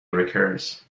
recurs